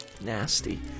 nasty